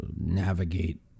navigate